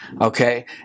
Okay